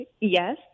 Yes